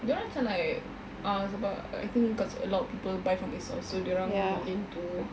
dorang macam like uh sebab I think cause a lot of people buy from ASOS so dorang willing to